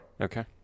Okay